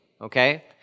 okay